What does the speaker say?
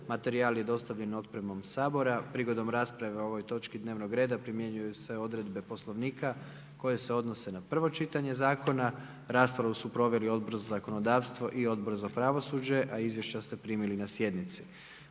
Materijal je dostavljen u pretince. Prigodom rasprave o ovoj točki dnevnog reda primjenjuju se odredbe Poslovnika koje se odnose na prvo čitanje zakona. Raspravu su proveli Odbor za zakonodavstvo i Odbor za pomorstvo, promet i infrastrukturu a izvješća ste primili na sjednici.